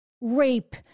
rape